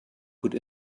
could